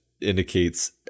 indicates